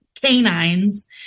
canines